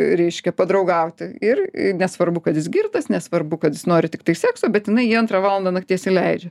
reiškia padraugauti ir nesvarbu kad jis girtas nesvarbu kad jis nori tiktai sekso bet jinai jį antrą valandą nakties įleidžia